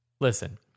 listen